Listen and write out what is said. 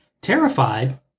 Terrified